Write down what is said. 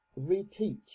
reteach